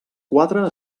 quatre